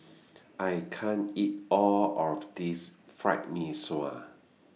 I can't eat All of This Fried Mee Sua